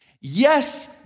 Yes